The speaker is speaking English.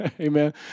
Amen